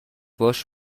باهاش